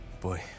Boy